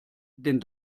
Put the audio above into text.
den